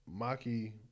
Maki